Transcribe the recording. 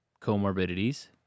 comorbidities